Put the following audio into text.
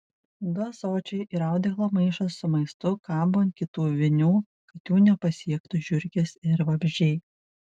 du ąsočiai ir audeklo maišas su maistu kabo ant kitų vinių kad jų nepasiektų žiurkės ir vabzdžiai